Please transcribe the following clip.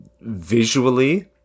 visually